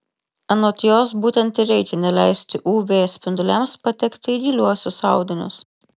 anot jos būtent ir reikia neleisti uv spinduliams patekti į giliuosius audinius